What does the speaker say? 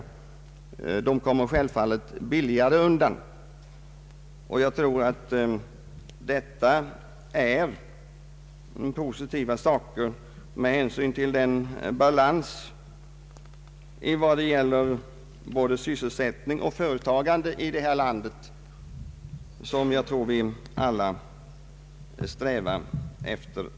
Jag tror att det skulle vara något positivt med hänsyn till den balans för både sysselsättning och företagande här i landet som vi väl alla strävar efter.